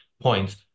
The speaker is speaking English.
points